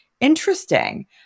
interesting